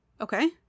Okay